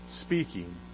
speaking